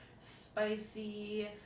spicy